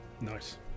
Nice